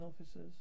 officers